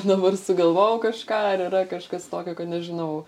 dabar sugalvojau kažką ar yra kažkas tokio kad nežinau